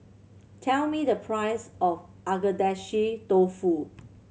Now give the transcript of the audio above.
tell me the price of Agedashi Dofu